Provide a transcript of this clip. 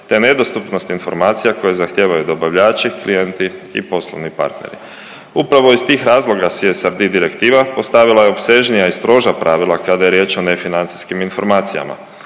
te nedostupnost informacija koje zahtijevaju dobavljači, klijenti i poslovni partneri. Upravo iz tih razloga CSRD direktiva postavila je opsežnija i stroža pravila kada je riječ nefinancijskim informacijama.